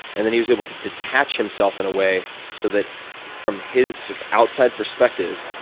and and he was able to detach himself in a way so that from his outside perspective,